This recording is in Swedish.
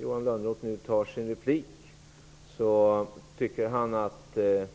Johan Lönnroth sade i sin replik att det